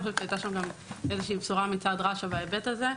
אני חושבת שהיתה שם איזו בשורה בהיבט הזה.